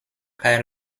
kaj